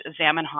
Zamenhof